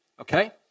Okay